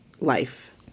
Life